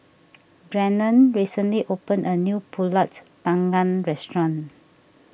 Brannon recently opened a new Pulut Panggang restaurant